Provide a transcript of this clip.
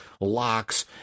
locks